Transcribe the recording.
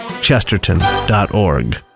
Chesterton.org